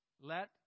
Let